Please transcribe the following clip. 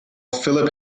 philip